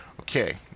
Okay